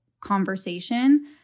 conversation